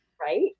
right